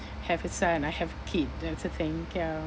have a son I have a kid that's the thing ya